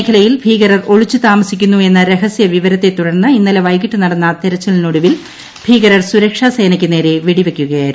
മേഖലയിൽ ഭികരർ ഒളിച്ചു താമസിക്കുന്നു എന്ന രഹസ്യ വിവരത്തെ തുടർന്ന് ഇന്നലെ വൈകിട്ട് നടന്ന തെരച്ചിലിനൊടുവിൽ ഭീകരർ സുരക്ഷാ സേനയ്ക്കു നേരെ വെടിവയ്ക്കുകയായിരുന്നു